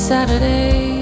Saturday